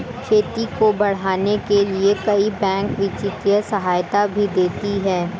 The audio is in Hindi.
खेती को बढ़ाने के लिए कई बैंक वित्तीय सहायता भी देती है